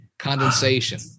Condensation